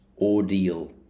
ordeal